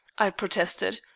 i protested.